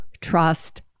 trust